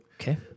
Okay